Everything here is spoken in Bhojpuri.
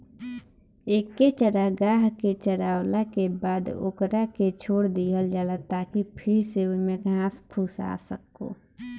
एके चारागाह के चारावला के बाद ओकरा के छोड़ दीहल जाला ताकि फिर से ओइमे घास फूस आ सको